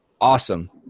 awesome